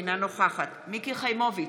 אינה נוכחת מיקי חיימוביץ'